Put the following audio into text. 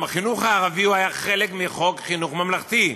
החינוך הערבי היה חלק מחוק חינוך ממלכתי.